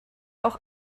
auch